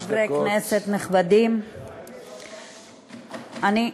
חברי כנסת נכבדים, אני,